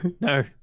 No